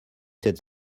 cette